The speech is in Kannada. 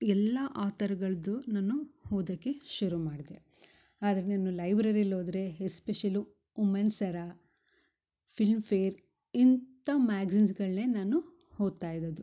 ಎಲ್ಲಾ ಆತರ್ಗಳದ್ದು ನಾನು ಓದಕೆ ಶುರು ಮಾಡಿದೆ ಆದರೆ ನಾನು ಲೈಬ್ರೆರಿಲ್ಲಿ ಹೋದ್ರೆ ಎಸ್ಪೆಷಲು ಉಮೆನ್ಸರ ಫಿಲ್ಮ್ಫೇರ್ ಇಂಥ ಮ್ಯಾಗ್ಝಿನ್ಸ್ಗಳ್ನೆ ನಾನು ಓದ್ತಾ ಇರೋದು